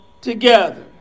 together